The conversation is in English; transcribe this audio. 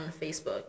Facebook